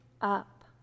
up